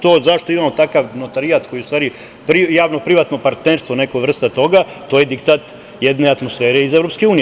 To zašto imamo takav notarijat, koji je u stvari javno-privatno partnerstvo, neka vrsta toga, to je diktat jedne atmosfere iz EU.